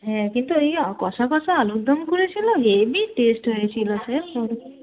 হ্যাঁ কিন্তু এই কষা কষা আলুর দম করেছিলো হেবি টেস্ট হয়েছিলো সে শুধু